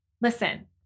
Listen